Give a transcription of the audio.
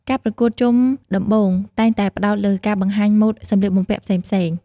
ការប្រកួតជុំដំបូងតែងតែផ្តោតលើការបង្ហាញម៉ូដសម្លៀកបំពាក់ផ្សេងៗ។